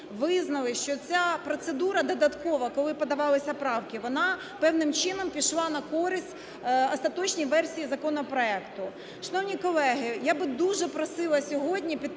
визнали, що ця процедура додаткова, коли подавалися правки, вона певним чином пішла на користь остаточній версії законопроекту. Шановні колеги, я би дуже просила сьогодні підтримки